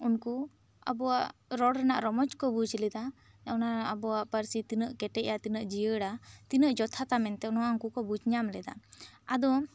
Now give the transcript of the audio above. ᱩᱱᱠᱩ ᱟᱵᱚᱣᱟᱜ ᱨᱚᱲ ᱨᱮᱱᱟᱜ ᱨᱚᱢᱚᱡᱽ ᱠᱚ ᱵᱩᱡᱽ ᱞᱮᱫᱟ ᱚᱱᱟ ᱟᱵᱚᱣᱟᱜ ᱯᱟᱹᱨᱥᱤ ᱛᱤᱱᱟᱹᱜ ᱠᱮᱴᱮᱡᱟ ᱛᱤᱱᱟᱹᱜ ᱡᱤᱭᱟᱹᱲᱟ ᱛᱤᱱᱟᱹᱜ ᱡᱚᱛᱷᱟᱛᱟ ᱢᱮᱱᱛᱮ ᱱᱚᱣᱟ ᱩᱱᱠᱩ ᱠᱚ ᱵᱩᱡᱽ ᱧᱟᱢ ᱞᱮᱫᱟ ᱟᱫᱚ